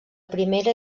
primera